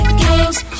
games